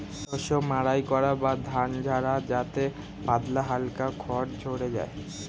শস্য মাড়াই করা বা ধান ঝাড়া যাতে পাতলা হালকা খড় ঝড়ে যায়